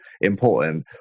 important